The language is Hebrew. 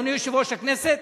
אדוני יושב-ראש הכנסת: